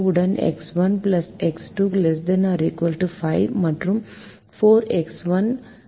உடன் x 1 x 2 ≤ 5 மற்றும் 4 x 1 ≥ 24 உள்ளன